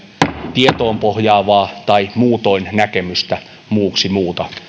tietoon pohjaavaa tai muutoin näkemystä muuksi muuta